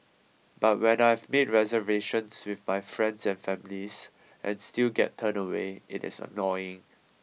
but when I have made reservations with my friends and families and still get turned away it is annoying